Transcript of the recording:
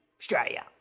Australia